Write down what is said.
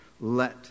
Let